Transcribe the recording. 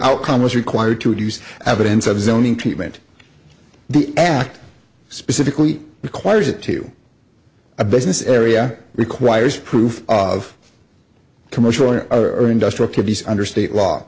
outcome was required to reduce evidence of zoning treatment the act specifically requires it to a business area requires proof of commercial or industrial under state law